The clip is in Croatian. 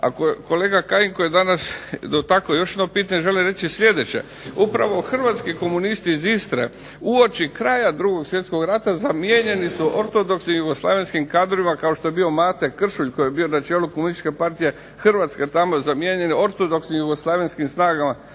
A kolega Kajin koji je danas dotakao još jedno pitanje želim reći sljedeće. Upravo hrvatski komunisti iz Istre uoči kraja Drugog svjetskog rata zamijenjeni su ortodoksnim jugoslavenskim kadrovima kao što je bio Mate Kršulj koji je bio na čelu Komunističke partije Hrvatske tamo zamijenjen ortodoksnim jugoslavenskim snagama